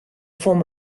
form